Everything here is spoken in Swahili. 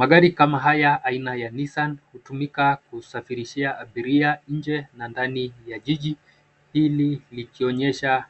Magari kama haya aina ya Nissan hutumika kusafirishia abiria nje na ndani ya jiji, hili likionyesha